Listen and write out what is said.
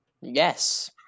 Yes